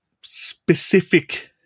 specific